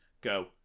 go